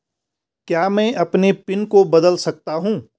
क्या मैं अपने पिन को बदल सकता हूँ?